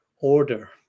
order